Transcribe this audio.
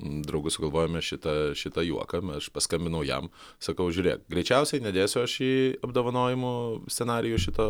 draugu sugalvojome šitą šitą juoką aš paskambinau jam sakau žiūrėk greičiausiai nedėsiu aš į apdovanojimų scenarijų šito